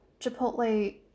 Chipotle